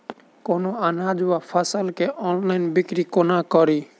कोनों अनाज वा फसल केँ ऑनलाइन बिक्री कोना कड़ी?